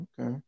okay